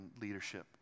leadership